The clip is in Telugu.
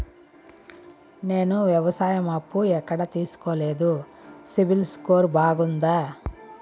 నేను వ్యవసాయం అప్పు ఎక్కడ తీసుకోలేదు, సిబిల్ స్కోరు బాగుందా?